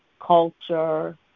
culture